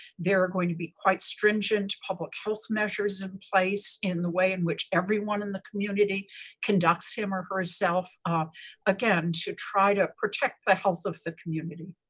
they are going to be quite stringent, public health measures in place in the way in which everybody in the community conducts him or herself um again to try to protect the health of the community.